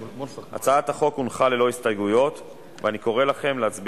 באמצעות הצעת הטבות מסוימות שיש בהן כדי להיטיב עם הצרכן,